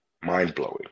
mind-blowing